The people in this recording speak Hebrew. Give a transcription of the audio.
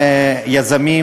יזמים,